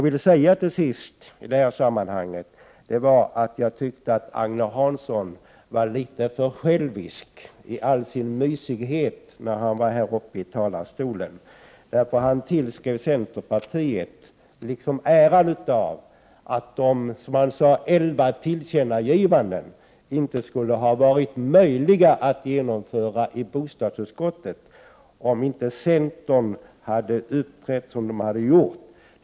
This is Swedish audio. Till sist vill jag säga att jag tyckte att Agne Hansson var litet för självisk i all sin mysighet i talarstolen när han sade att de elva tillkännagivandena i bostadsutskottet inte hade varit möjliga att genomföra, om inte centern hade uppträtt som den gjorde.